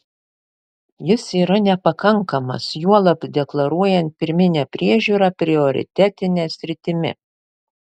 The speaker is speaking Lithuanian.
jis yra nepakankamas juolab deklaruojant pirminę priežiūrą prioritetine sritimi